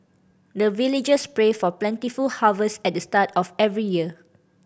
the villagers pray for plentiful harvest at the start of every year